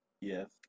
Yes